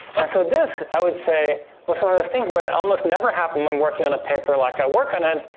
and so, this i would say was some of those things where it almost never happened when working on a paper like i work on it,